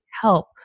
help